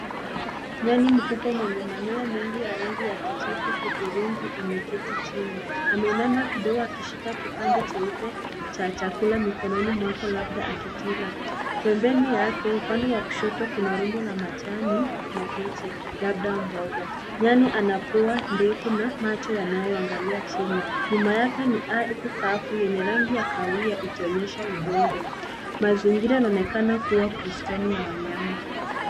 Nyani mkubwa mwenye manyoya mengi ya rangi ya kijivu, hudhurungi ameketi chini. Ameinama kidogo akishika kipande cheupe cha chakula mikononi mwake labda akikila. Pembeni yake upande wa kushoto kuna rundo la majani mabichi labda mboga. Nyani ana pua ndefu na macho yanayoangalia chini. Nyuma yake ni ardhi kavu yenye rangi ya kahawia ikionyesha udongo. Mazingira yanaonekana kuwa bustani ya wanyama.